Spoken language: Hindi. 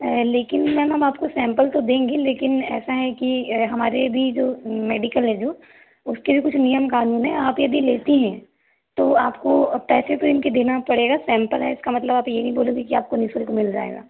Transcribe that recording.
लेकिन मैम हम आपको सैम्पल तो देंगे लेकिन ऐसा है की हमारे भी जो मेडिकल है जो उसके भी कुछ नियम क़ानून हैं आप यदि लेती हैं तो आपको अब पैसे तो इनके देना पड़ेगा सैम्पल है इसका मतलब आप ये नहीं बोलोगे कि आपको निःशुल्क मिल जाएगा